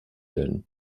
werden